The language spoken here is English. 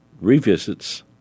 revisits